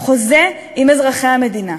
חוזה עם אזרחי המדינה.